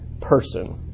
person